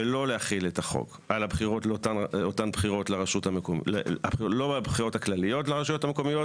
שלא להחיל את החוק לא על הבחירות הכלליות לרשויות המקומיות